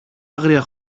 άγρια